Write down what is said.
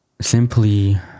simply